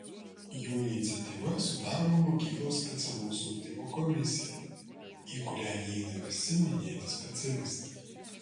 jų iniciatyva sudaroma mokyklos specialaus ugdymo komisija į kurią įeina visi minėti specialistai